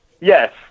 Yes